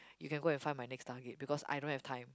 you can go and find my next target because I don't have time